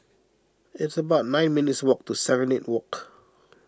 it's about nine minutes' walk to Serenade Walk